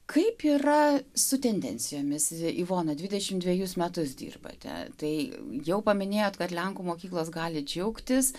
kaip yra su tendencijomis ivona dvidešimt dvejus metus dirbate tai jau paminėjote kad lenkų mokyklos gali džiaugtis